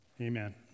Amen